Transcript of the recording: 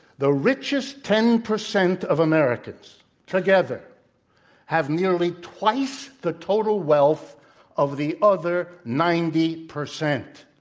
the richest ten percent of americans together have nearly twice the total wealth of the other ninety percent.